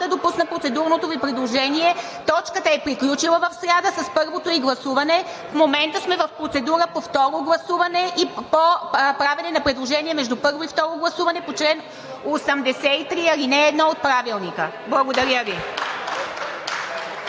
да допусна процедурното Ви предложение. Точката е приключила в сряда с първото ѝ гласуване, в момента сме по процедура по второ гласуване и по правене на предложение между първо и второ гласуване по чл. 83, ал. 1 от Правилника. Благодаря Ви.